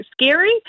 scary